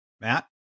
Matt